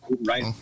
right